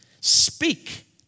speak